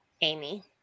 Amy